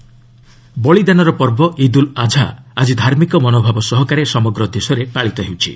ଇଦ୍ ବଳିଦାନର ପର୍ବ ଇଦ୍ ଉଲ୍ ଆଝା ଆଜି ଧାର୍ମିକ ମନୋଭାବ ସହକାରେ ସମଗ୍ର ଦେଶରେ ପାଳିତ ହେଉଛି